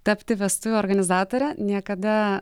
tapti vestuvių organizatore niekada